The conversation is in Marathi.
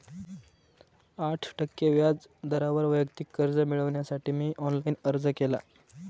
आठ टक्के व्याज दरावर वैयक्तिक कर्ज मिळविण्यासाठी मी ऑनलाइन अर्ज केला